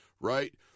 right